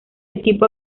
equipo